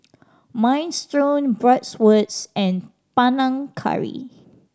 Minestrone Bratwurst and Panang Curry